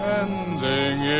ending